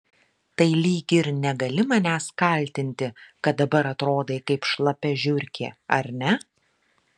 tai lyg ir negali manęs kaltinti kad dabar atrodai kaip šlapia žiurkė ar ne